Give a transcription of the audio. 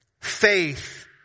Faith